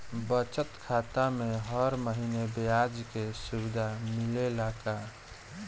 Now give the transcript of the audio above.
बचत खाता में हर महिना ब्याज के सुविधा मिलेला का?